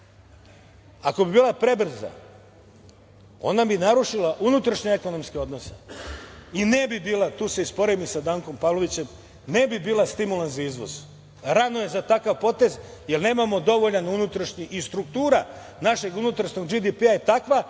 ako bi bila prebrza, ona bi narušila unutrašnje ekonomske odnose i ne bi bila, tu se i sporim i sa Dankom Pavlovićem, ne bi bila stimulans za izvoz. Rano je za takav potez, jer nemamo dovoljan unutrašnji i struktura našeg unutrašnjeg BDP je takva